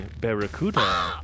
Barracuda